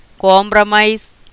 compromise